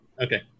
okay